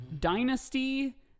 Dynasty